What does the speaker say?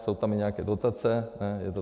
Jsou tam i nějaké dotace, ne?